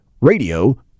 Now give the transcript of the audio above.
Radio